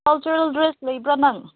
cultural dress ꯂꯩꯕ꯭ꯔꯥ ꯅꯪ